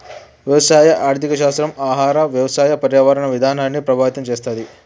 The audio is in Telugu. వ్యవసాయ ఆర్థిక శాస్త్రం ఆహార, వ్యవసాయ, పర్యావరణ విధానాల్ని ప్రభావితం చేస్తది